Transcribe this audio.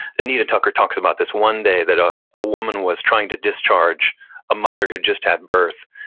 anita tucker talks about this one day that ah a woman was trying to discharge a mother who just had birth.